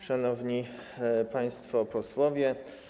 Szanowni Państwo Posłowie!